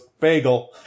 bagel